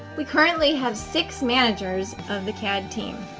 we currently have six managers of the cad team.